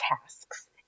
tasks